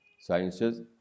sciences